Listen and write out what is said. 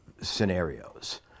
scenarios